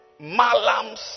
Malams